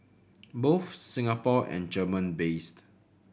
both Singapore and German based